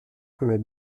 peut